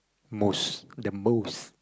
most the most